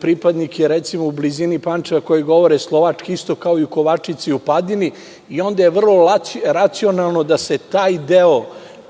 pripadnike u blizini Pančeva koji govore slovački isto kao i u Kovačici i Padini, i onda je vrlo racionalno da se taj deo